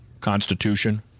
Constitution